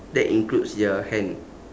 that includes their hand